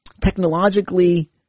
technologically